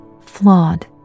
flawed